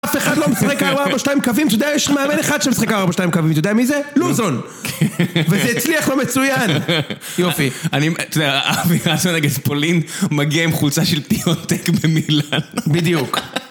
אף אחד לא משחק ארבע ארבע שתיים קווים, אתה יודע? יש מאמן אחד שמשחק ארבע ארבע שתיים קווים, ואתה יודע מי זה? לוזון! (צחוק) וזה הצליח לו מצוין! יופי. אני... אתה יודע אבי רצון נגד פולין מגיע עם חולצה של פיונטק במילן. בדיוק.